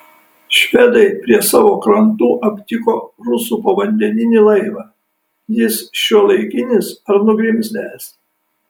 švedai prie savo krantų aptiko rusų povandeninį laivą jis šiuolaikinis ar nugrimzdęs